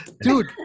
Dude